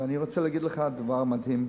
ואני רוצה להגיד לך דבר מדהים,